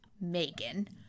Megan